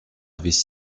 avaient